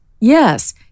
Yes